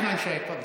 נחמן שי, תפדל.